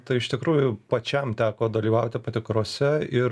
tai iš tikrųjų pačiam teko dalyvauti patikrose ir